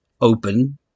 open